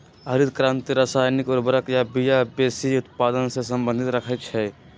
हरित क्रांति रसायनिक उर्वर आ बिया वेशी उत्पादन से सम्बन्ध रखै छै